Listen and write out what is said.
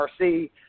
RC